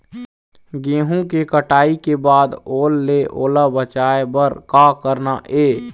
गेहूं के कटाई के बाद ओल ले ओला बचाए बर का करना ये?